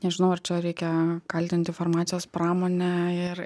nežinau ar čia reikia kaltinti farmacijos pramonę ir